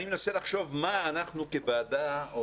אני מנסה לחשוב מה אנחנו כוועדה יכולים לעשות.